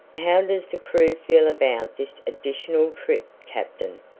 how does the crew feel about this additional trip, captain?